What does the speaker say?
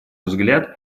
взгляд